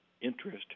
interest